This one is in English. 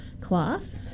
class